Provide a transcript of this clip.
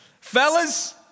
Fellas